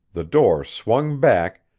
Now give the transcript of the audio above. the door swung back,